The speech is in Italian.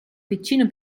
piccino